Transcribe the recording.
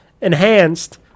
enhanced